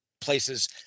places